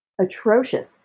atrocious